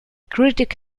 critic